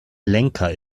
lenker